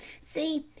see,